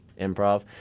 improv